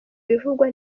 bivugwa